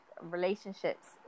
relationships